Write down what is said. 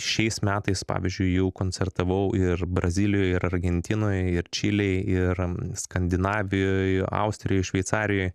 šiais metais pavyzdžiui jau koncertavau ir brazilijoj ir argentinoj ir čilėj ir skandinavijoj austrijoj šveicarijoj